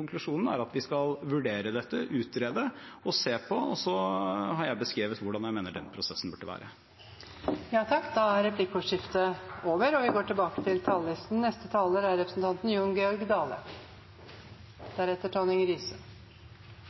Konklusjonen er at vi skal vurdere dette, utrede og se på det, og så har jeg beskrevet hvordan jeg mener den prosessen bør være. Replikkordskiftet er over. Det er behov for å korrigere inntrykket noko etter at representantar frå Arbeidarpartiet og